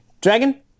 Dragon